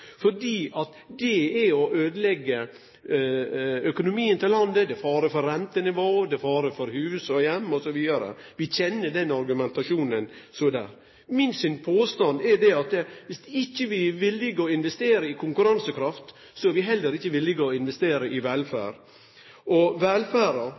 det er å øydeleggje landet sin økonomi, det er fare for rentenivået, det er fare for hus og heim osv. Vi kjenner den argumentasjonen. Min påstand er at dersom vi ikkje er villige til å investere i konkurransekraft, er vi heller ikkje villige til å investere i